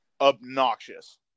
obnoxious